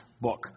book